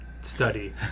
study